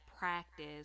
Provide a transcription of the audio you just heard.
practice